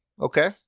Okay